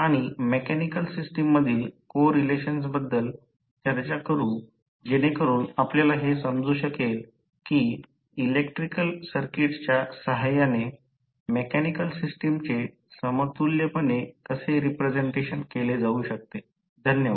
तर परंतु या गोष्टी आहेत परंतु शुद्ध विद्युत अभियंता असल्यास नंतर निश्चितपणे दुसर्या वर्षाच्या किंवा तृतीय वर्षाच्या इलेक्ट्रिकल मशीन प्रयोगशाळेत पहा